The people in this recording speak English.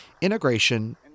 Integration